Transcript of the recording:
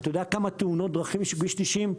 אתה יודע כמה תאונות דרכים יש כביש 90?